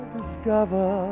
discover